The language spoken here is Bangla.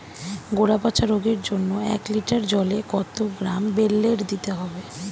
গোড়া পচা রোগের জন্য এক লিটার জলে কত গ্রাম বেল্লের দিতে হবে?